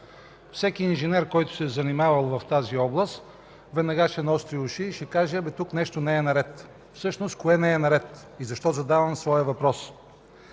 Всеки инженер, който е работил в тази област веднага ще наостри уши и ще каже: „Абе, тук нещо не е наред!” Всъщност, кое не е наред и защо задавам своя въпрос?